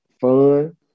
fun